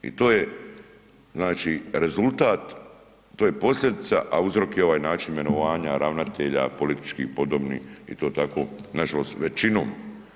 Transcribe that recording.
I to je znači rezultat, to je posljedica a uzrok je ovaj način imenovanja ravnatelja, političkih podobnih i to tako nažalost većinom.